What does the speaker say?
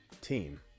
team